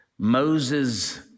Moses